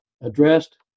addressed